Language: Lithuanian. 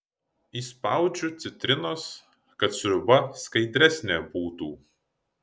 įspaudžiu citrinos kad sriuba skaidresnė būtų